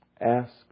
ask